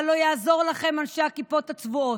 אבל לא יעזור לכם, אנשי הכיפות הצבועות.